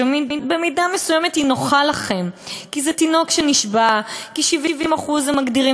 שבמידה מסוימת היא נוחה לכם כי זה "תינוק שנשבה"; כי 70% מגדירים